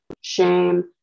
shame